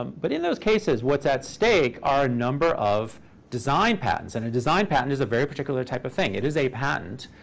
um but in those cases, what's at stake are a number of design patents. and a design patent is a very particular type of thing. it is a patent,